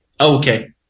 Okay